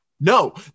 no